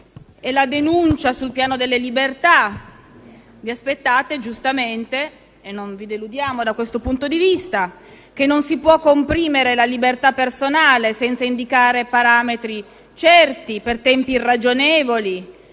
è la denuncia sul piano delle libertà. Vi aspettate giustamente - e non vi deludiamo, da questo punto di vista - che noi diciamo che non si può comprimere la libertà personale senza indicare parametri certi, per tempi irragionevoli,